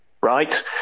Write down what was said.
right